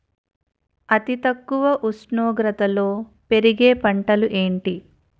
అతి తక్కువ ఉష్ణోగ్రతలో పెరిగే పంటలు ఏంటి?